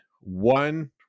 one